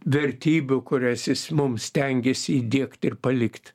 vertybių kurias jis mums stengėsi įdiegt ir palikt